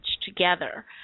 together